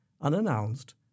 unannounced